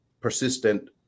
persistent